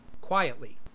quietly